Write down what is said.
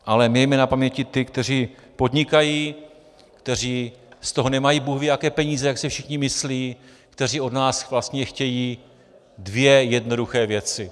Ale mějme na paměti ty, kteří podnikají, kteří z toho nemají bůhvíjaké peníze, jak si všichni myslí, kteří od nás vlastně chtějí dvě jednoduché věci.